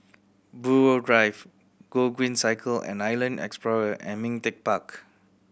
Buroh Drive Gogreen Cycle and Island Explorer and Ming Teck Park